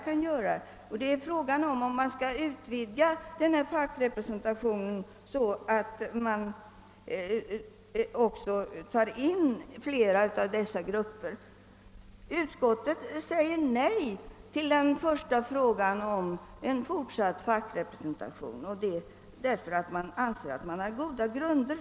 Frågan är om man skall utvidga fackrepresentationen genom att ta in flera av dessa grupper i skolstyrelsen. Utskottet besvarar den frågan med nej; utskottet vill på goda grunder inte ha en fortsatt fackrepresentation.